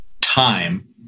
time